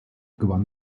gewann